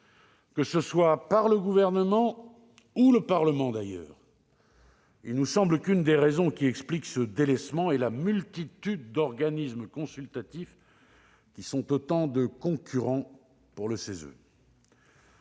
que ce soit par le Gouvernement ou d'ailleurs par le Parlement. Il nous semble que l'une des raisons qui expliquent ce délaissement est la multitude d'organismes consultatifs, qui sont autant de concurrents pour le CESE.